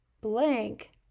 blank